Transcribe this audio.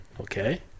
okay